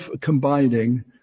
combining